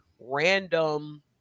Random